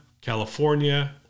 California